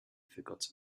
forgot